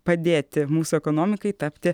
padėti mūsų ekonomikai tapti